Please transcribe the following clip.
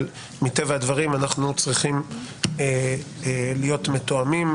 אבל מטבע הדברים אנחנו צריכים להיות מתואמים,